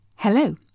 Hello